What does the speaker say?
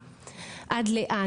עד לאן?